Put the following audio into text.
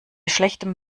schlechtem